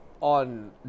on